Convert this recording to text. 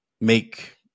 make